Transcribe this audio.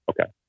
Okay